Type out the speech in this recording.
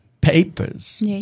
papers